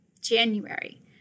January